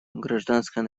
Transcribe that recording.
гражданское